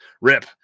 rip